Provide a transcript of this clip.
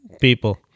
people